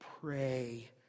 pray